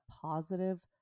positive